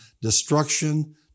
destruction